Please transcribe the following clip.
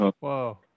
Wow